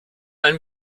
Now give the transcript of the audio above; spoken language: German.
ein